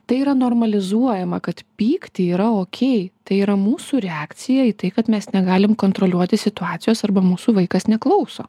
tai yra normalizuojama kad pykti yra okei tai yra mūsų reakcija į tai kad mes negalim kontroliuoti situacijos arba mūsų vaikas neklauso